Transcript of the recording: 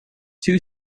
two